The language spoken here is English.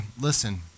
listen